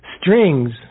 strings